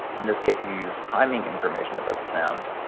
in this case you use timing information about the sound,